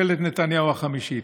ממשלת נתניהו החמישית.